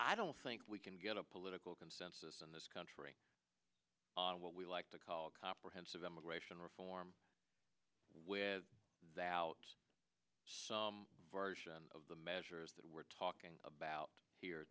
i don't think we can get a political consensus in this country on what we like to call a comprehensive immigration reform with that out version of the measures that we're talking about here